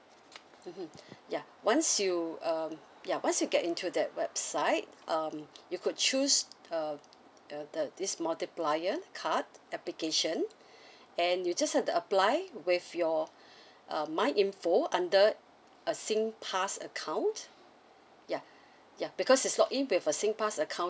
mmhmm ya once you um ya once you get into that website um you could choose uh uh the this multiplier card application and you just have to apply with your uh my info under a singpass account ya ya because is log in with a singpass account